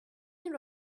این